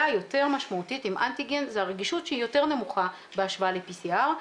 היותר משמעותית עם אנטיגן זה הרגישות שהיא יותר נמוכה בהשוואה ל-PCR.